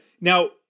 now